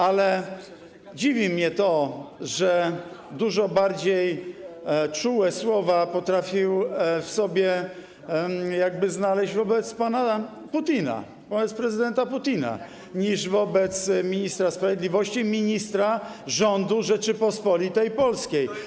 ale dziwi mnie to, że dużo bardziej czułe słowa potrafił znaleźć wobec pana Putina, wobec prezydenta Putina niż wobec ministra sprawiedliwości, ministra rządu Rzeczypospolitej Polskiej.